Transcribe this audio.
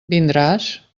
vindràs